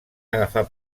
agafar